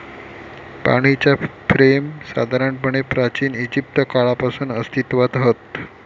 पाणीच्या फ्रेम साधारणपणे प्राचिन इजिप्त काळापासून अस्तित्त्वात हत